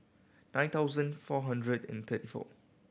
nine thousand four hundred and thirty four